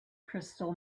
crystal